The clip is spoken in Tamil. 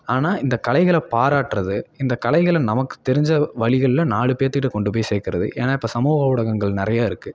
ஆனால் இந்த கலைகளை பாராட்டுறது இந்த கலைகளை நமக்கு தெரிஞ்ச வழிகளில் நாலு பேத்துக்கிட்ட கொண்டு போய் சேர்க்கறது ஏன்னா இப்போ சமூக ஊடகங்கள் நிறையா இருக்குது